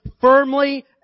firmly